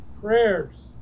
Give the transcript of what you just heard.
prayers